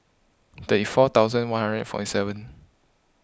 thirty four thousand one hundred and forty seven